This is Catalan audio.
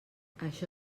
això